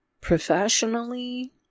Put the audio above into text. professionally